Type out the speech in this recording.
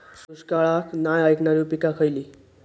दुष्काळाक नाय ऐकणार्यो पीका खयली?